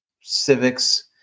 civics